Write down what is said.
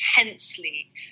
intensely